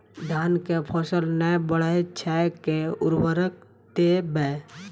धान कऽ फसल नै बढ़य छै केँ उर्वरक देबै?